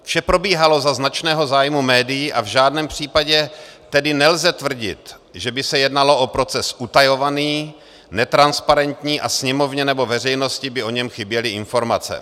Vše probíhalo za značného zájmu médií, v žádném případě tedy nelze tvrdit, že by se jednalo o proces utajovaný, netransparentní a Sněmovně nebo veřejnosti by o něm chyběly informace.